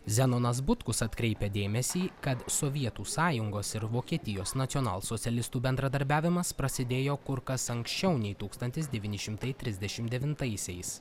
zenonas butkus atkreipia dėmesį kad sovietų sąjungos ir vokietijos nacionalsocialistų bendradarbiavimas prasidėjo kur kas anksčiau nei tūkstantis devyni šimtai trisdešim devintaisiais